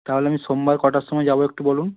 তাহলে আমি সোমবার কটার সময় যাবো একটু বলুন